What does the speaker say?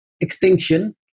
extinction